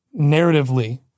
narratively